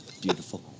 Beautiful